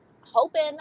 hoping